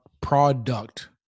product